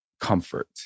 comfort